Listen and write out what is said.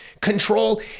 control